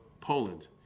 Poland